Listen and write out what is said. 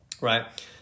Right